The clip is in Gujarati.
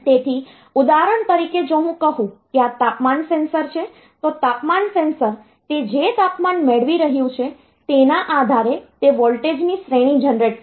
તેથી ઉદાહરણ તરીકે જો હું કહું કે આ તાપમાન સેન્સર છે તો તાપમાન સેન્સર તે જે તાપમાન મેળવી રહ્યું છે તેના આધારે તે વોલ્ટેજ ની શ્રેણી જનરેટ કરશે